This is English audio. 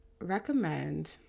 recommend